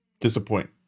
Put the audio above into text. Disappoint